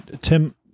Tim